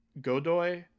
Godoy